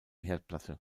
herdplatte